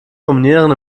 dominieren